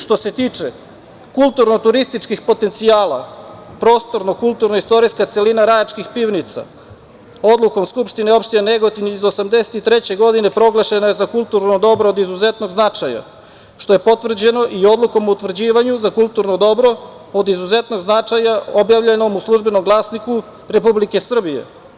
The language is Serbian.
Što se tiče kulturno turističkih potencijala, prostorno kulturno-istorijska celina Rajačkih pivnica, odlukom Skupštine opštine Negotin iz 1983. godine proglašena je za kulturno dobro od izuzetnog značaja, što je potvrđeno i odlukom o potvrđivanju za kulturno dobro, od izuzetnog značaja objavljenom u „Službenom Glasniku“ Republike Srbije.